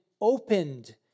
opened